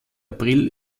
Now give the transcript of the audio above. april